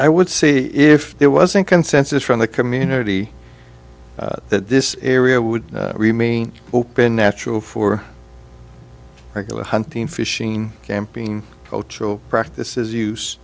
i would see if there wasn't consensus from the community that this area would remain open natural for regular hunting fishing camping cultural practices use